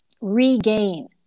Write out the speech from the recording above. regain